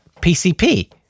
PCP